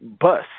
bus